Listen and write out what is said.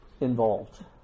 involved